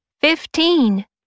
fifteen